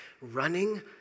running